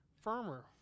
firmer